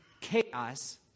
chaos